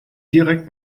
direkt